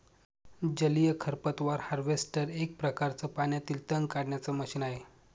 जलीय खरपतवार हार्वेस्टर एक प्रकारच पाण्यातील तण काढण्याचे मशीन आहे